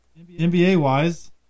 NBA-wise